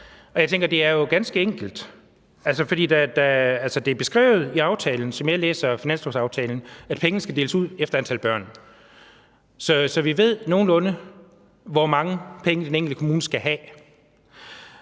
det er ganske enkelt. Altså, som jeg læser finanslovsaftalen, er det beskrevet, at pengene skal deles ud efter antal børn. Så vi ved nogenlunde, hvor mange penge den enkelte kommune skal have.